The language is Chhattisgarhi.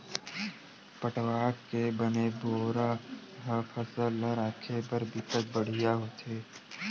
पटवा के बने बोरा ह फसल ल राखे बर बिकट बड़िहा होथे